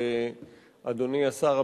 אדוני השר,